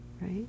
Right